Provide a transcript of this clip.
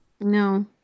No